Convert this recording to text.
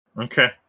Okay